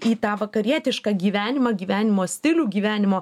į tą vakarietišką gyvenimą gyvenimo stilių gyvenimo